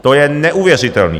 To je neuvěřitelné!